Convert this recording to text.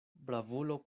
bravulo